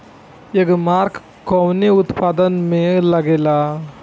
एगमार्क कवने उत्पाद मैं लगेला?